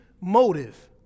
motive